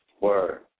Word